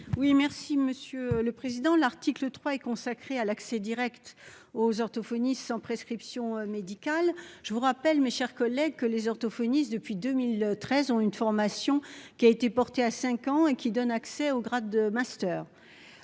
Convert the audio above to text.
Oui, merci Monsieur le Président. L'article 3 est consacré à l'accès Direct aux orthophonistes sans prescription médicale. Je vous rappelle, mes chers collègues, que les orthophonistes depuis 2013 ont une formation qui a été portée à 5 ans et qui donne accès au grade de master.